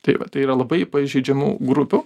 tai va tai yra labai pažeidžiamų grupių